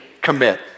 Commit